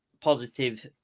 positive